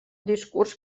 discurs